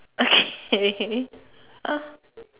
okay